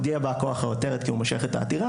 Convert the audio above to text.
הודיע בא כוח העותרת כי הוא מושך את העתירה.